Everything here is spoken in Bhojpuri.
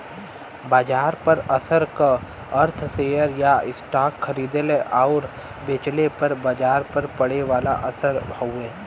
बाजार पर असर क अर्थ शेयर या स्टॉक खरीदले आउर बेचले पर बाजार पर पड़े वाला असर हउवे